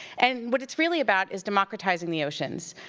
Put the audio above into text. and what it's really about is democratizing the oceans.